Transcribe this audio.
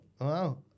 Wow